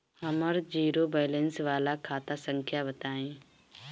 हमर zero balance वाला खाता संख्या बताई?